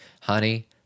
honey